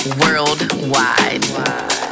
Worldwide